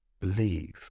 believe